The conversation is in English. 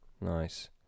Nice